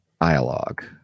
dialogue